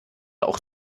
auch